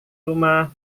rumah